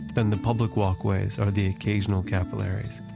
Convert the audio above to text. then the public walkways are the occasional capillaries.